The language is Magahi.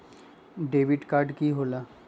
डेबिट काड की होला?